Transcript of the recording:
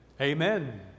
Amen